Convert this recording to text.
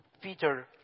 Peter